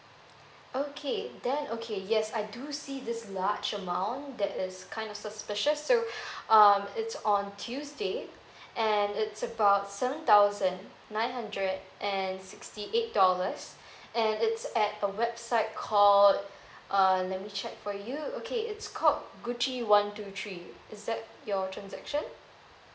okay then okay yes I do see this large amount that is kind of suspicious so um it's on tuesday and it's about seven thousand nine hundred and sixty eight dollars and it's at a website called err let me check for you okay it's called gucci one two three is that your transaction